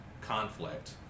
conflict